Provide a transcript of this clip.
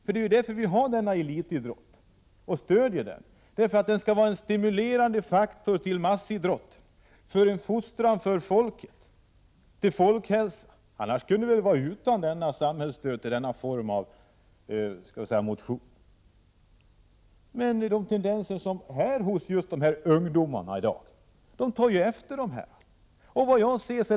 Vi stöder ju denna elitidrott för att den skall vara en stimulerande faktor till massidrotten, för en fostran av folket till folkhälsa. Annars kunde vi vara utan samhällsstöd till denna form av motion. Ungdomarna tar efter de tendenser som finns inom elitidrotten.